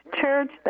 Church